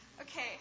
Okay